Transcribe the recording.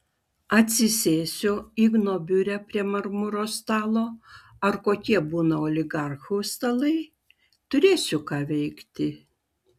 atsisėsiu igno biure prie marmuro stalo ar kokie būna oligarchų stalai turėsiu ką veikti